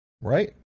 Right